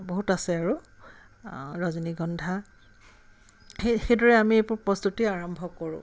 বহুত আছে আৰু ৰজনীগন্ধা সেই সেইদৰে আমি এইবোৰ প্ৰস্তুতি আৰম্ভ কৰোঁ